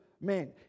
men